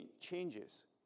changes